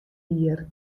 jier